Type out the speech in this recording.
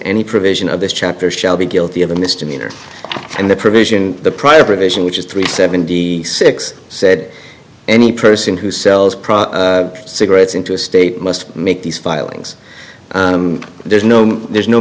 any provision of this chapter shall be guilty of a misdemeanor and the provision in the prior provision which is three seventy six said any person who sells cigarettes into a state must make these filings there's no there's no